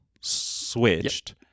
switched